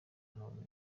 umuntu